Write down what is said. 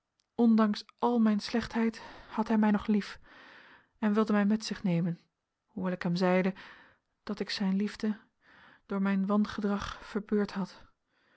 ondanks al mijn slechtheid had hij mij nog lief en wilde mij met zich nemen hoewel ik hem zeide dat ik zijn liefde door mijn wangedrag verbeurd had